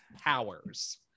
powers